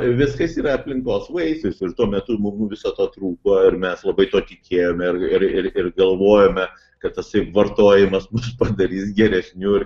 viskas yra aplinkos vaisius ir tuo metu mum viso to trūko ir mes labai tuo tikėjome ir ir ir galvojome kad tasai vartojimas mus padarys geresniu ir